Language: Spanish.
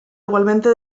igualmente